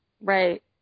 Right